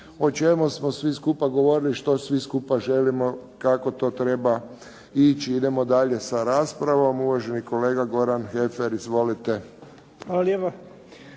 o čemu smo svi skupa govorili, što svi skupa želimo kako to treba ići. Idemo dalje sa raspravom. Uvaženi kolega Goran Heffer. Izvolite.